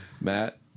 Matt